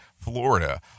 Florida